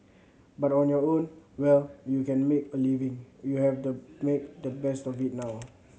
but on your own well you can make a living you have the make the best of it now